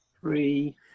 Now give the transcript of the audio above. Three